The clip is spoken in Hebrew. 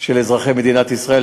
של אזרחי מדינת ישראל,